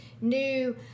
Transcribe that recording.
new